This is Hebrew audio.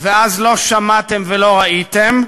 ואז לא שמעתם ולא ראיתם,